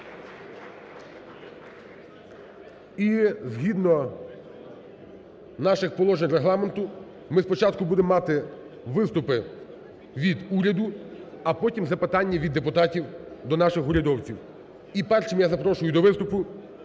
І згідно наших положень Регламенту ми спочатку будемо мати виступи від уряду, а потім – запитання від депутатів до наших урядовців. І першим я запрошую до виступу